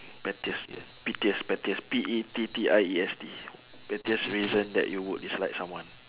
pettiest pettiest pettiest P E T T I E S T pettiest reason that you would dislike someone